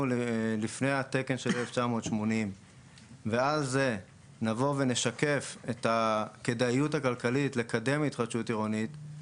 לפני התקן של 1980 ועל זה נשקף את הכדאיות הכלכלית לקדם התחדשות עירונית,